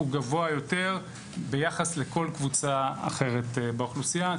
הוא גבוה יותר ביחס לכל קבוצה אחרת באוכלוסייה.